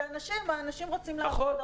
האנשים רוצים לעבוד.